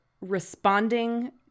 responding